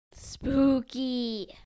Spooky